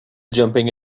jumping